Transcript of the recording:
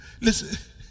Listen